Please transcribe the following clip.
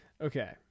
Okay